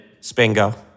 Spingo